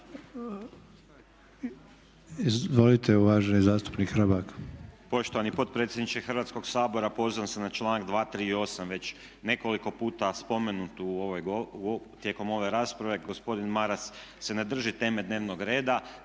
Izvolite uvaženi zastupnik Hrebak.